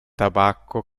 tabacco